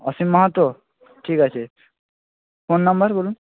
অসীম মাহাতো ঠিক আছে phone number বলুন